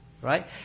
Right